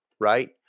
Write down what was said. right